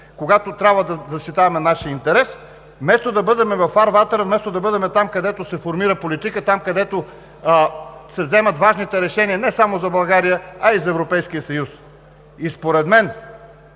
когато трябва да защитаваме нашия интерес, вместо да бъдем във фарватера, вместо да бъдем там, където се формира политика, там, където се вземат важните решения не само за България, а и за Европейския съюз. Според мен